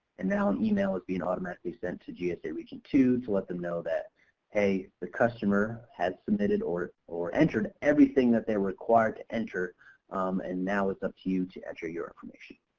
and now an email is being automatically sent to gsa region two to let them know that hey the customer has submitted or or entered everything that they're required to enter and now it's up to you enter your information.